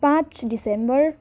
पाँच दिसम्बर